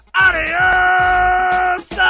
adios